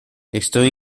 estoy